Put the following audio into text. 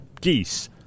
geese